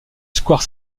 square